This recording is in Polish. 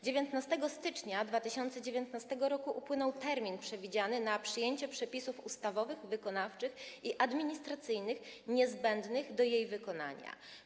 19 stycznia 2019 r. upłynął termin przewidziany na przyjęcie przepisów ustawowych, wykonawczych i administracyjnych niezbędnych do wykonania dyrektywy.